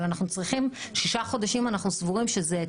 אבל אנחנו סבורים ששישה חודשים זה תקופה